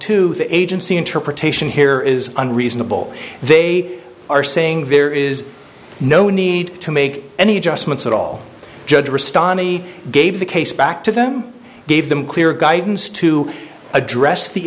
to the agency interpretation here is unreasonable they are saying there is no need to make any adjustments at all judge respond any gave the case back to them gave them clear guidance to address the